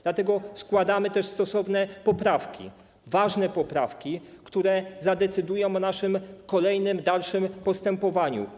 Dlatego składamy stosowne poprawki, ważne poprawki, które zadecydują o naszym kolejnym, dalszym postępowaniu.